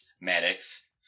Maddox